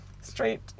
Straight